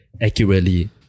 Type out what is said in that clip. accurately